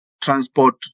transport